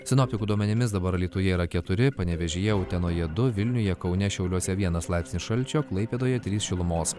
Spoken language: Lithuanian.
sinoptikų duomenimis dabar alytuje yra keturi panevėžyje utenoje du vilniuje kaune šiauliuose vienas laipsnis šalčio klaipėdoje trys šilumos